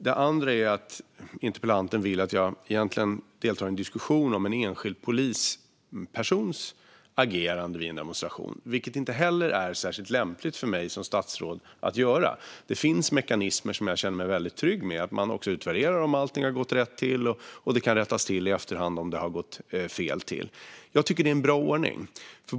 Dessutom vill interpellanten att jag egentligen ska delta i en diskussion om en enskild polis agerande vid en demonstration, vilket inte heller är särskilt lämpligt för mig som statsråd att göra. Det finns mekanismer som jag känner mig mycket trygg med - att man också utvärderar om allt har gått rätt till och att det kan rättas till i efterhand om det har gått fel till. Jag tycker att det är en bra ordning.